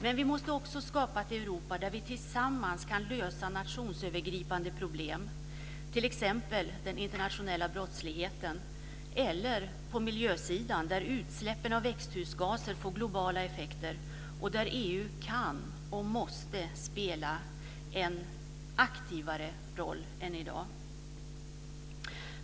Men vi måste också skapa ett Europa där vi tillsammans kan lösa nationsövergripande problem, t.ex. den internationella brottsligheten eller miljöproblemen där utsläppen av växthusgaser får globala effekter. Här kan och måste EU spela en aktivare roll än i dag.